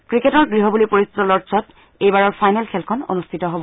ক্ৰিকেটৰ গৃহ বুলি পৰিচিত লৰ্ডচত এইবাৰৰ ফাইনেল খেলখন অনুষ্ঠিত হব